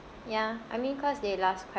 ya I mean cause they last quite